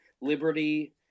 liberty